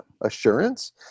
assurance